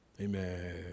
Amen